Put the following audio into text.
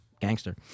gangster